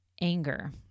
anger